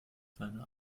seine